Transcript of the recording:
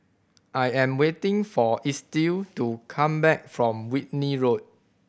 I am waiting for Estill to come back from Whitley Road